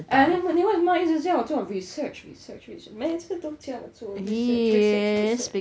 eh 你为你为什么一直叫我做 research research research everytime 都讲 research research research